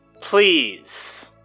please